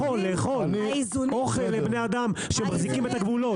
אין אוכל לבני האדם שמחזיקים את הגבולות.